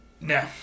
No